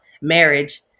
marriage